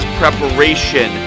preparation